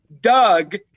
Doug